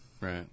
right